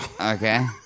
Okay